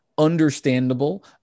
understandable